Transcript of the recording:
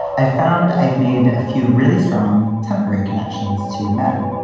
i've found i've made a few really strong temporary connections to men,